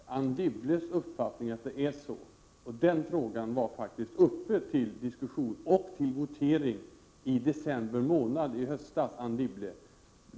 Herr talman! Det kan vara Anne Wibbles uppfattning att det är så. Den frågan var faktiskt uppe till diskussion och votering i höstas, i december månad.